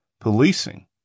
policing